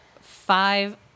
five